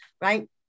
right